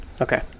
Okay